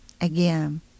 again